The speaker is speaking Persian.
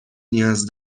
نیاز